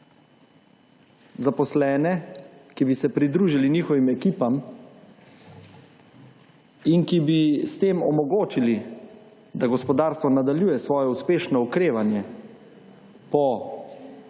Zaposlene, ki bi se pridružili njihovim ekipam in ki bi s tem omogočili, da gospodarstvo nadaljuje svoje uspešno okrevanje po